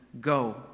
Go